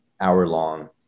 hour-long